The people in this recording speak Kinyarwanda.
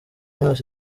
yose